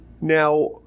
Now